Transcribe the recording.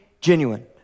genuine